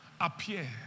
appear